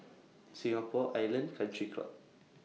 Singapore Island Country Club